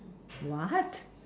what